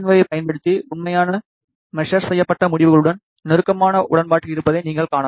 ஏவைப் பயன்படுத்தி உண்மையான மெசர் செய்யப்பட்ட முடிவுகளுடன் நெருக்கமான உடன்பாட்டில் இருப்பதை நீங்கள் காணலாம்